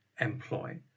employ